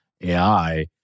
AI